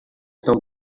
estão